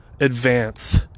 advance